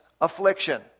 affliction